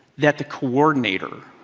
that the coordinator